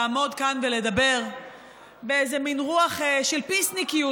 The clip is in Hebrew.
לעמוד כאן ולדבר באיזה מין רוח של "פיסניקיות".